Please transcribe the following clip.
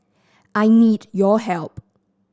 I need your help